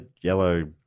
Yellow